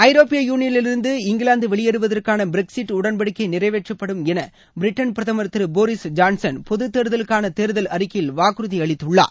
ஐரோப்பிய யூனியனிலிருந்து இங்கிலாந்து வெளியேறுவதற்கான பிரக்ஸிட் உடன்படிக்கை நிறைவேற்றப்படும் என பிரிட்டன் பிரதமர் போரீஸ் ஜான்சன் பொது தேர்தலுக்கான தேர்தல் அறிக்கையில் வாக்குறுதி அளித்துள்ளார்